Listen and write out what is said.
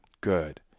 Good